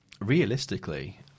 Realistically